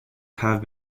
have